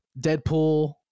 deadpool